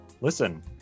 Listen